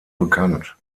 bekannt